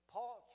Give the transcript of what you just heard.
Paul